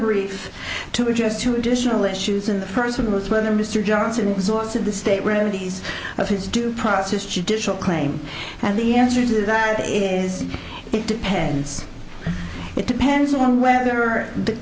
grief to adjust to additional issues in the person most whether mr johnson exhausted the state readies of his due process to digital claim and the answer to that is it depends it depends on whether the